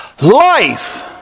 life